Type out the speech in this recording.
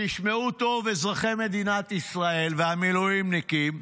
שישמעו טוב אזרחי מדינת ישראל והמילואימניקים,